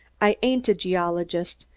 i ain't a geologist,